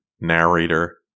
narrator